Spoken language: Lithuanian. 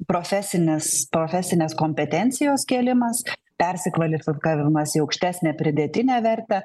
profesinės profesinės kompetencijos kėlimas persikvalifikavimas į aukštesnę pridėtinę vertę